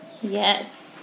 Yes